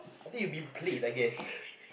I think you've been played I guess